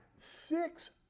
six